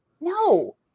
No